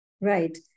right